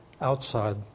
outside